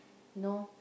know